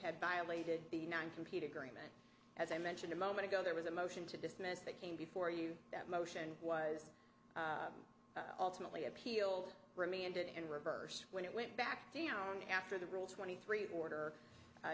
had violated the nine compete agreement as i mentioned a moment ago there was a motion to dismiss that came before you that motion was ultimately appealed remanded in reverse when it went back down after the rule twenty three order